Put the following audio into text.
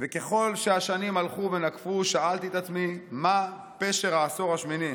וככל שהשנים הלכו ונקפו שאלתי את עצמי מה פשר העשור השמיני.